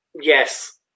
yes